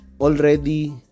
already